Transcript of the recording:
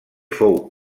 fou